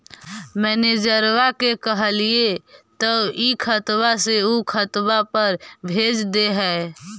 मैनेजरवा के कहलिऐ तौ ई खतवा से ऊ खातवा पर भेज देहै?